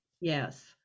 Yes